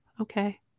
okay